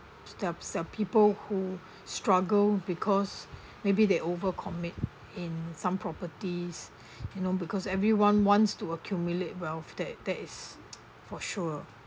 steps there are people who struggle because maybe they over commit in some properties you know because everyone wants to accumulate wealth that that is for sure